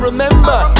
Remember